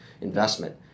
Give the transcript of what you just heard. investment